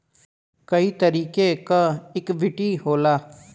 कई तरीके क इक्वीटी होला